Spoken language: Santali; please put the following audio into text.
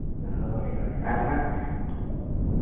ᱦᱳᱭ ᱦᱳᱭ ᱟᱨ ᱱᱟᱜ